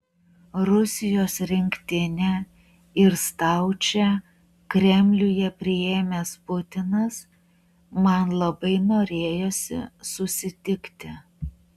rusijos rinktinę ir staučę kremliuje priėmęs putinas man labai norėjosi susitikti